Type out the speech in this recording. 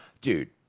Dude